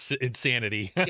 insanity